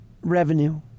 revenue